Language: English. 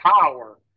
power